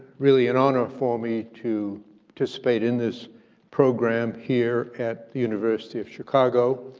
really an honor for me to participate in this program here at the university of chicago,